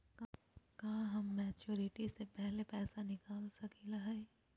का हम मैच्योरिटी से पहले पैसा निकाल सकली हई?